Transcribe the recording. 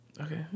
Okay